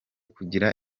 kugira